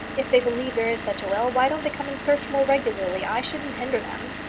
if they believe there is such a will, why don't they come and search more regularly? i shouldn't hinder them.